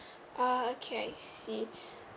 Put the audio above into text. ah okay I see